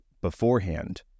beforehand